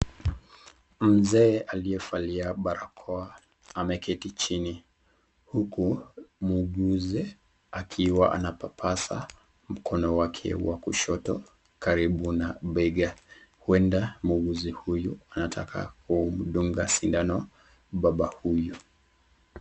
Mzee aliyevalia barakoa ameketi chini uku muuguzi akiwa anapapasa mkono wake wa kushoto karibu na bega, ueda muuguzi huyu anataka kumdunga sindano mbaba huyu.